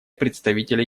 представителя